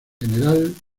gral